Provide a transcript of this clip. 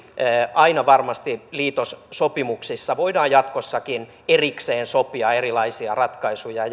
aina varmasti liitossopimuksissa voidaan jatkossakin erikseen sopia erilaisia ratkaisuja